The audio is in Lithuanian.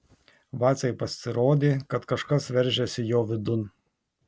vacei pasirodė kad kažkas veržiasi jo vidun